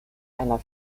einer